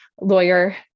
lawyer